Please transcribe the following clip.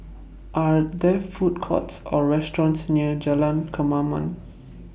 Are There Food Courts Or restaurants near Jalan Kemaman